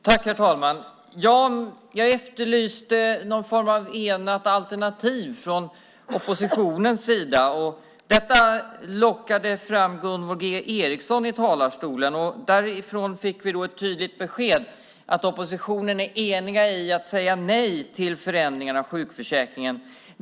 Herr talman! Jag efterlyste någon form av enat alternativ från oppositionens sida. Det lockade fram Gunvor G Ericson till talarstolen. Därifrån fick vi ett tydligt besked. Oppositionen är enig om att säga nej till förändringarna i sjukförsäkringen.